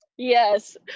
yes